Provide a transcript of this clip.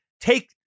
take